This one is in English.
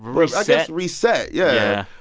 reset. i guess reset, yeah.